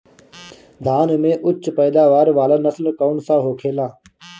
धान में उच्च पैदावार वाला नस्ल कौन सा होखेला?